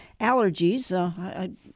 allergies